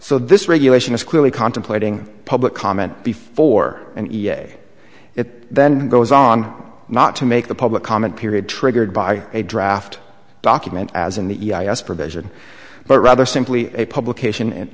so this regulation is clearly contemplating public comment before and a it then goes on not to make the public comment period triggered by a draft document as in the us provision but rather simply a publication and